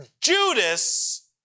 Judas